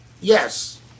yes